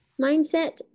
mindset